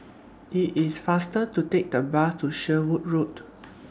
IT IS faster to Take The Bus to Sherwood Road